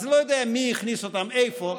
אז לא יודע מי הכניס אותם ואיפה.